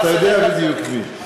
אתה יודע בדיוק מי.